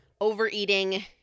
overeating